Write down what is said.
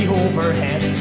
overhead